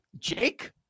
Jake